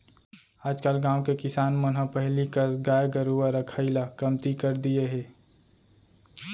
आजकल गाँव के किसान मन ह पहिली कस गाय गरूवा रखाई ल कमती कर दिये हें